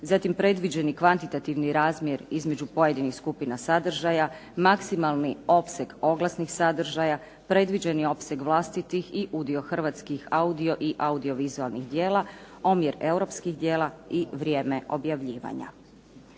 zatim predviđeni kvantitativni razmjer između pojedinih skupina sadržaja, maksimalni opseg oglasnih sadržaja, predviđen je opseg vlastitih i udio hrvatskih audio i audiovizualnih djela, omjer europskih djela i vrijeme objavljivanja.